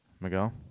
Miguel